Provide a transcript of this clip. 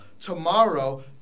Tomorrow